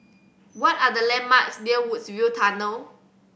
what are the landmarks near Woodsville Tunnel